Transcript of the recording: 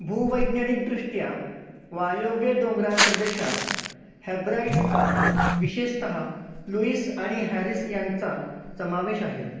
भूवैज्ञानिकदृष्ट्या वायव्य डोंगराळ प्रदेशात हॅब्राइड्सचा विशेषतः लुईस आणि हॅरिस यांचा समावेश आहे